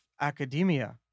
academia